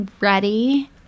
ready